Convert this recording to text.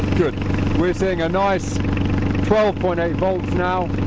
good we're seeing a nice twelve point eight volts now